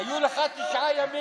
היו לך תשעה ימים של שיכרון חושים.